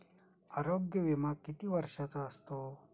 आरोग्य विमा किती वर्षांचा असतो?